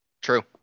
True